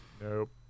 nope